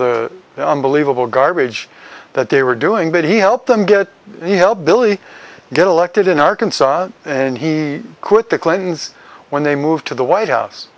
of the unbelievable garbage that they were doing that he helped them get the help billy get elected in arkansas and he quit the clintons when they moved to the white house